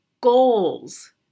goals